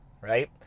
right